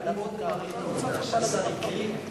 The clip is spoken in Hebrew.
מאוד מעריך את העובדה שהשר הקריא את